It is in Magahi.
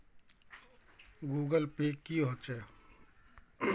गूगल पै की होचे?